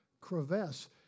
crevasse